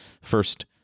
first